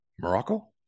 Morocco